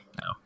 no